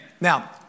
Now